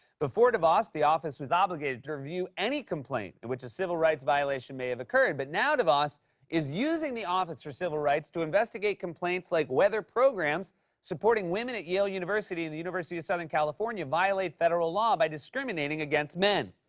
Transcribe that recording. before devos, the office was obligated to review any complaint in which a civil rights violation may have occurred. but now, devos is using the office for civil rights to investigate complaints like whether programs supporting women at yale university and the university of southern california violate federal law by discriminating against men.